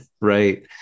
right